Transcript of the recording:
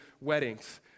weddings